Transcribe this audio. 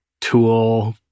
tool